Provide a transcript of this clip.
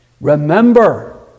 remember